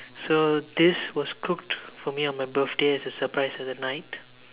so this was cooked for me on my birthday as a surprise at the night